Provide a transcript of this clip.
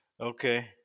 Okay